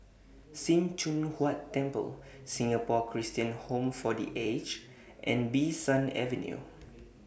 SIM Choon Huat Temple Singapore Christian Home For The Aged and Bee San Avenue